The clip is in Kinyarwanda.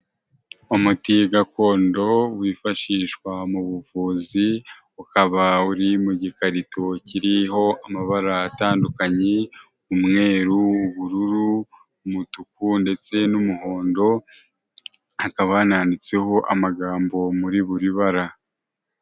Umuti gakondo wifashishwa mu buvuzi ukaba uri mu gikarito kiriho amabara atandukanye y'umweru ubururu umutuku ndetse n'umuhondo akaba yananditseho amagambo muri buri bara.